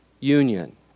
union